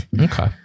okay